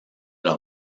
leur